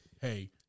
hey